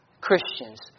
Christians